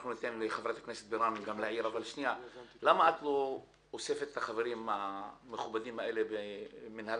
למה את לא אוספת את החברים המכובדים האלה במינהל